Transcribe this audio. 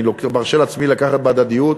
אני מרשה לעצמי לקחת בהדדיות: